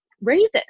raises